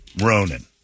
Ronan